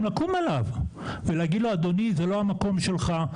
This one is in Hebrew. לקום עליו ולהגיד לו אדוני זה לא המקום שלך,